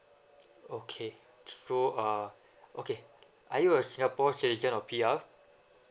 okay so uh okay are you a singapore citizen or P_R